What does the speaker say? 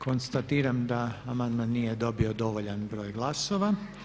Konstatiram da amandman nije dobio dovoljan broj glasova.